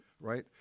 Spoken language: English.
right